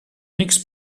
unix